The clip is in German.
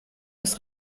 ist